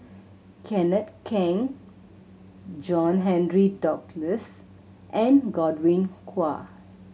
Kenneth Keng John Henry Duclos and Godwin Koay